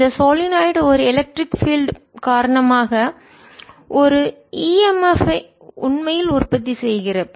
எனவே இந்த சொலினாய்டு ஒரு எலக்ட்ரிக் பீல்ட் மின்சார புலம் காரணமாக ஒரு e m f உண்மையில் உற்பத்தி செய்யப்படுகிறது